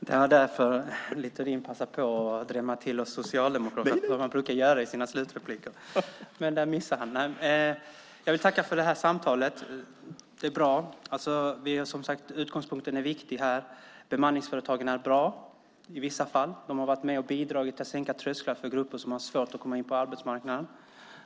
Herr talman! Littorin passade på att drämma till Socialdemokraterna som han brukar göra i sina slutrepliker. Där gjorde han en miss. Jag vill tacka för det här samtalet. Utgångspunkten är viktig. Bemanningsföretagen är bra i vissa fall. De har bidragit till att sänka trösklarna för grupper som har svårt att komma in på arbetsmarknaden.